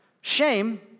shame